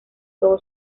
todo